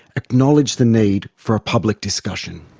acknowledge the need for a public discussion.